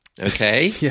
okay